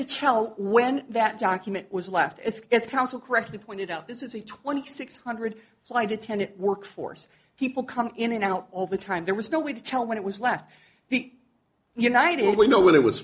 to tell when that document was left as it's counsel correctly pointed out this is a twenty six hundred flight attendant workforce people come in and out all the time there was no way to tell when it was left the united way no when it was